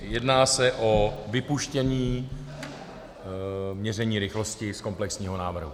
Jedná se o vypuštění měření rychlosti z komplexního návrhu.